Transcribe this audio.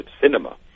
cinema